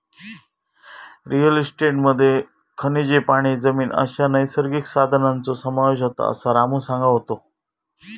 real इस्टेटमध्ये खनिजे, पाणी, जमीन अश्या नैसर्गिक संसाधनांचो समावेश होता, असा रामू सांगा होतो